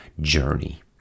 journey